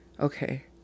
okay